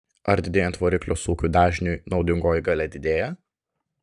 ar didėjant variklio sūkių dažniui naudingoji galia didėja